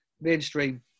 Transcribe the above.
mainstream